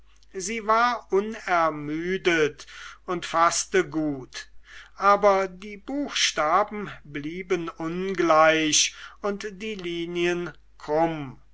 sie war unermüdet und faßte gut aber die buchstaben blieben ungleich und die linien krumm